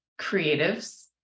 creatives